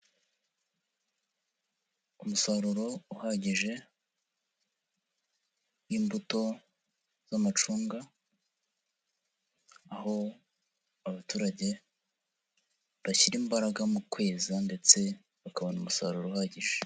Umusaruro uhagije n'imbuto z'amacunga, aho abaturage bashyira imbaraga mu kweza ndetse bakabona umusaruro uhagije.